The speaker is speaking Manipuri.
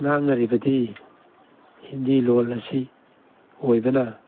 ꯉꯥꯡꯅꯔꯤꯕꯗꯤ ꯍꯤꯟꯗꯤ ꯂꯣꯜ ꯑꯁꯤ ꯑꯣꯏꯕꯅ